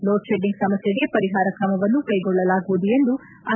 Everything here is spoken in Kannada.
ಲೋಡ್ ಶೆಡ್ಡಿಂಗ್ ಸಮಸ್ಯೆಗೆ ಪರಿಹಾರ ಕ್ರಮಗಳನ್ನು ಕೈಗೊಳ್ಳಲಾಗುವುದು ಎಂದು ಆರ್